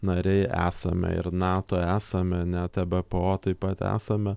nariai esame ir nato net ebpo o taip pat esame